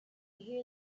hear